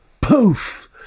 poof